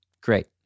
Great